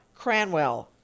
Cranwell